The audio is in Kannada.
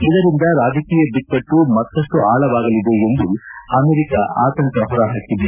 ಇದರಿಂದ ರಾಜಕೀಯ ಬಿಕ್ಕಟ್ಟು ಮತ್ತಷ್ಟು ಆಳವಾಗಲಿದೆ ಎಂದು ಅಮೆರಿಕ ಆತಂಕ ಹೊರಹಾಕಿದೆ